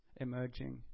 emerging